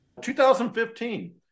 2015